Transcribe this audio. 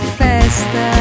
festa